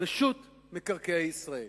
רשות מקרקעי ישראל.